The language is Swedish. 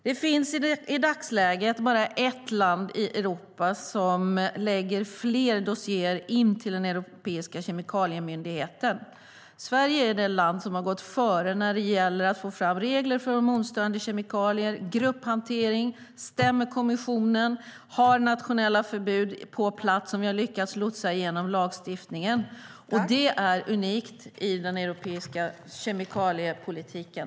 Det finns i dagsläget bara ett land i Europa som lägger in fler dossierer till den europeiska kemikaliemyndigheten. Sverige är det land som har gått före när det gäller att få fram regler för hormonstörande kemikalier och grupphantering, som stämmer kommissionen och har nationella förbud på plats som vi har lyckats lotsa igenom lagstiftningen. Det är unikt i den europeiska kemikaliepolitiken.